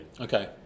Okay